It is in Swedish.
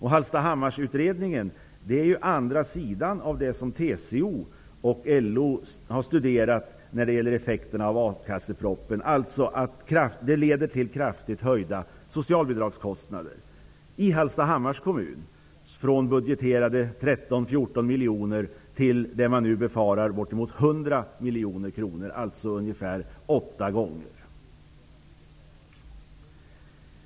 Hallstahammarsutredningen är andra sidan av det som TCO och LO har studerat när det gäller effekterna av a-kassepropositionen, dvs. kraftigt höjda socialbidragskostnader i Hallstahammars kommun, från budgeterade 13--14 miljoner till bortåt 100 miljoner kronor, dvs. ungefär åtta gånger så mycket.